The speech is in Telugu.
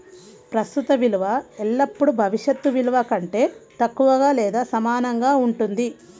ప్రస్తుత విలువ ఎల్లప్పుడూ భవిష్యత్ విలువ కంటే తక్కువగా లేదా సమానంగా ఉంటుంది